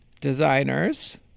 designers